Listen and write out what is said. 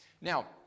Now